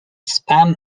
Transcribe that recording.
spam